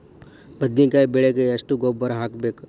ಬದ್ನಿಕಾಯಿ ಬೆಳಿಗೆ ಎಷ್ಟ ಗೊಬ್ಬರ ಹಾಕ್ಬೇಕು?